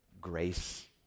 grace